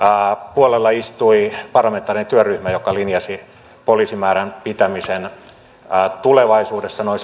puolella istui parlamentaarinen työryhmä joka linjasi poliisimäärän pitämisen tulevaisuudessa noin